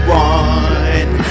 one